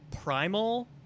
Primal